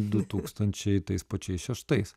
du tūkstančiai tais pačiais šeštais